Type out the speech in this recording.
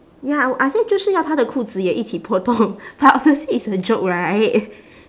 ya I w~ I say 就是要她的裤子也一起破洞 but obviously it's a joke right